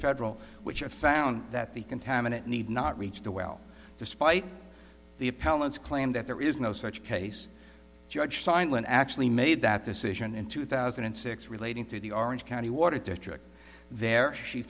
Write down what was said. federal which are found that the contaminant need not reach the well despite the appellant's claim that there is no such case judge seidlin actually made that decision in two thousand and six relating to the orange county water district there she